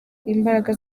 imbaraga